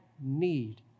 need